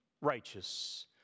righteous